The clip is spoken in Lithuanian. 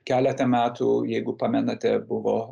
keletą metų jeigu pamenate buvo